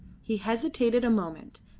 he hesitated a moment,